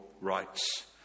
rights